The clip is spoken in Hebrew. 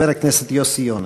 חבר הכנסת יוסי יונה.